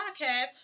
podcast